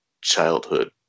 childhood